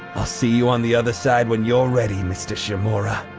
i'll see you on the other side when you're ready, mr. shimura.